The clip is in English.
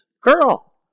girl